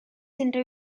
unrhyw